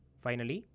finally,